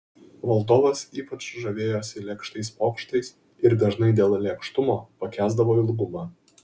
valdovas ypač žavėjosi lėkštais pokštais ir dažnai dėl lėkštumo pakęsdavo ilgumą